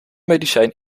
medicijn